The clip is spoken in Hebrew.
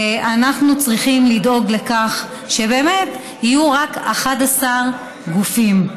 אנחנו צריכים לדאוג לכך שבאמת יהיו רק 11 גופים,